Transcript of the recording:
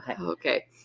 Okay